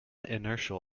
inertial